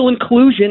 inclusion